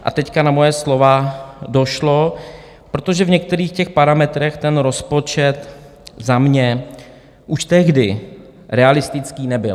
A teď na moje slova došlo, protože v některých těch parametrech ten rozpočet za mě už tehdy realistický nebyl.